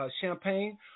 Champagne